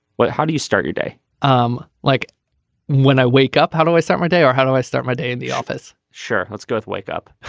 but how do you start your day um like when i wake up how do i start my day or how do i start my day in the office. sure. let's go wake up